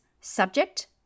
subject